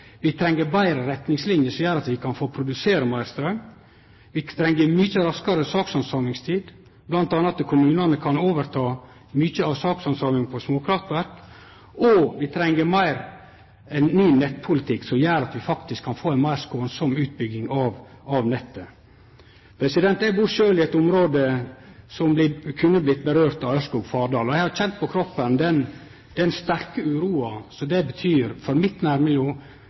Vi treng betre retningslinjer som gjer at vi kan få produsere meir straum. Vi treng mykje raskare sakshandsaming, bl.a. kan kommunane overta mykje av sakshandsaminga av småkraftverk, og vi treng ein ny nettpolitikk som gjer at vi kan få ei meir skånsam utbygging av nettet. Eg bur sjølv i eit område som kunne blitt ramma ved utbygginga av av Ørskog–Fardal-linja, og eg har kjent på kroppen den sterke uroa som det betyr for mitt